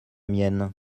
mienne